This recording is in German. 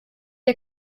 der